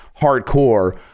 hardcore